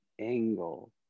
angle